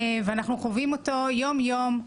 ואנחנו חווים אותו יום יום.